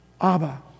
Abba